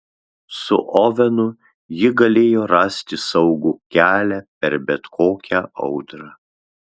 su ovenu ji galėjo rasti saugų kelią per bet kokią audrą